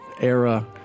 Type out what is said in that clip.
era